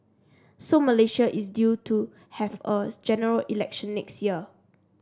so Malaysia is due to have a General Election next year